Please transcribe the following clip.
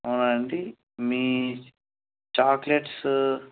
అవునా అండి మీ చాక్లెట్స్